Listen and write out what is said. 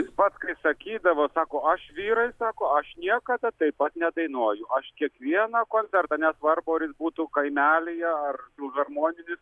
pats kai sakydavo sako aš vyrai sako aš niekada taip pat nedainuoju aš kiekvieną koncertą nesvarbu ar jis būtų būtų kaimelyje ar filharmoninis